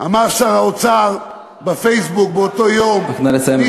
אמר שר האוצר בפייסבוק באותו יום, רק נא לסיים.